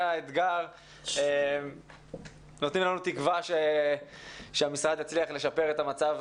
האתגר נותנת לנו תקווה שהמשרד יצליח לשפר את המצב,